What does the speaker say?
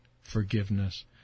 forgiveness